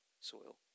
soil